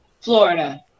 Florida